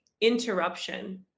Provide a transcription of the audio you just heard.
interruption